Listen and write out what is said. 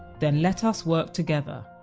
then let us work together.